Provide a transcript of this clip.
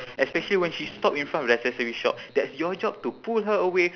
especially when she stop in front of the accessory shop that's your job to pull her away